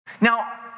Now